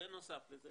בנוסף לזה